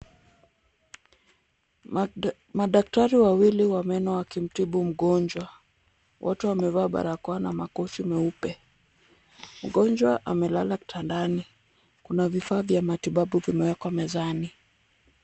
Madaktari wawili wa meno wakimtibu mgonjwa. Wote wamevaa barakoa na makoti meupe. Mgonjwa amelala kitandani. Kuna vifaa vya matibabu vimewekwa mezani.